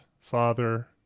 father